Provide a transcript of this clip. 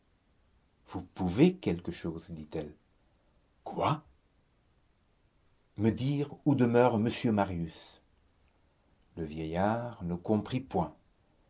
vous vous pouvez quelque chose dit-elle quoi me dire où demeure m marius le vieillard ne comprit point